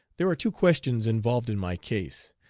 there are two questions involved in my case.